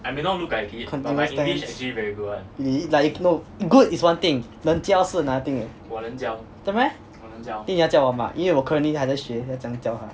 continuous tense really eh like no good is one thing 能教 is another thing eh 是咩 then 你要教我吗因为我 currently 还在学要怎样教他